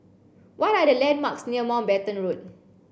what are the landmarks near Mountbatten Road